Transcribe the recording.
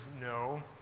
no